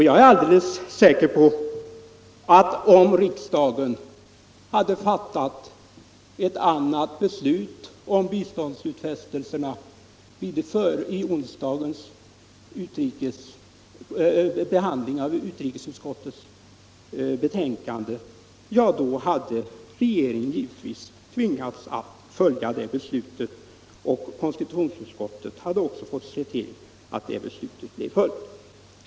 Jag är alldeles säker på, att om riksdagen hade fattat ett annat beslut om biståndsutfästelserna i onsdags vid behandlingen av utrikesutskottets betänkande, så hade regeringen tvingats att följa det beslutet, och konstitutionsutskottet hade fått se till att det beslutet blev följt.